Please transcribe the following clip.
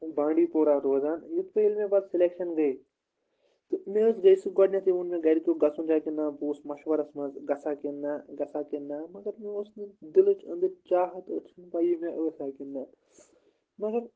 بانٛڈی پورہ روزان یِتھ پٲٹھۍ مےٚ پَتہٕ سِلٮ۪کشَن گٔے تہٕ مےٚ حظ گٔے سُہ گۄڈٕنٮ۪تھٕے ووٚن مےٚ گَرکیو گژھُن چھےٚ کہِ نَہ بہٕ اوسُس مَشوَرَس منٛز گژَھا کِنہٕ نَہ گژَھا کِنہٕ نَہ مگر مےٚ اوس نہٕ دِلٕچ أنٛدٕرۍ چاہت ٲس نہٕ پَیی مےٚ ٲسَہ کِنہٕ نَہ مگر